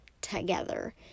together